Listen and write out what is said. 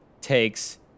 takes